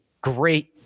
great